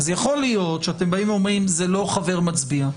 יכול להיות שאתם אומרים שזה לא חבר מצביע,